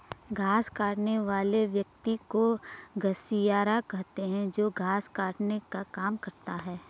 घास काटने वाले व्यक्ति को घसियारा कहते हैं जो घास काटने का काम करता है